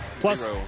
Plus